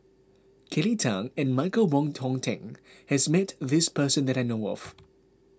Kelly Tang and Michael Wong Hong Teng has met this person that I know of